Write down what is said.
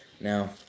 Now